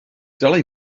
dylai